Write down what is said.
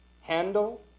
handle